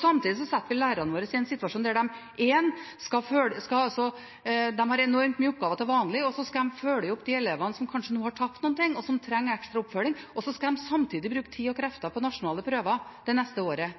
Samtidig setter vi lærerne våre, som har enormt mange oppgaver til vanlig, i en situasjon der de skal følge opp de elevene som kanskje nå har tapt noe og trenger ekstra oppfølging, og samtidig bruke tid og krefter på nasjonale prøver det neste året.